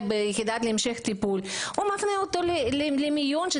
ביחידה להמשך טיפול מפנה את החולה למיון.